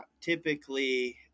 typically